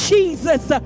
Jesus